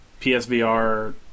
PSVR